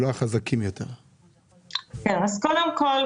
לגבי חיפה,